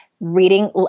reading